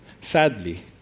Sadly